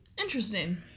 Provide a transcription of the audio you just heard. interesting